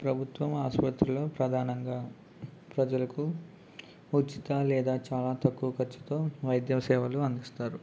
ప్రభుత్వ ఆసుపత్రిలో ప్రధానంగా ప్రజలకు ఉచిత లేదా చాలా తక్కువ ఖర్చుతో వైద్య సేవలు అందిస్తారు